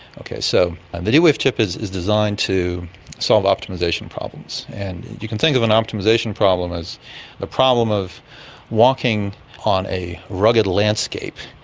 so and the d-wave chip is is designed to solve optimisation problems. and you can think of an optimisation problem as the problem of walking on a rugged landscape,